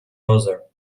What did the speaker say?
other